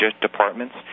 departments